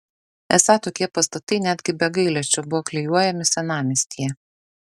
esą tokie pastatai netgi be gailesčio buvo klijuojami senamiestyje